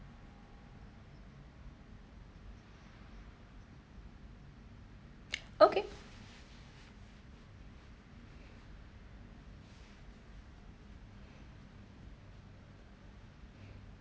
okay